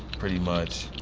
pretty much.